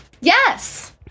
yes